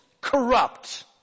corrupt